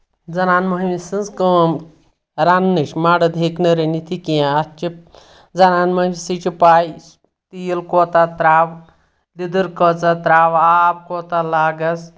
زَنان مۄہنو سٕنٛز کٲم رَننٕچ مَرٕد ہیٚکہِ نہٕ رٔنِتھ یہِ کینٛہہ اَتھ چھِ زَنان مۄہوِسٕے چھِ پاے تیٖل کوتاہ ترٛاوٕ لیدٕر کۭژاہ ترٛاوٕ آب کوتاہ لاگس